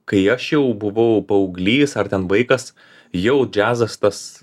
kai aš jau buvau paauglys ar ten vaikas jau džiazas tas